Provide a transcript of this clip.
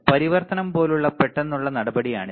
പരിവർത്തനം പോലുള്ള പെട്ടെന്നുള്ള നടപടിയാണിത്